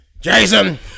Jason